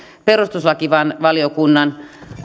perustuslakivaliokunnan